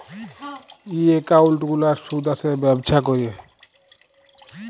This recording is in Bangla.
ই একাউল্ট গুলার সুদ আসে ব্যবছা ক্যরে